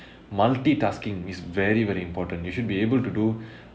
multitasking is very very important you should be able to do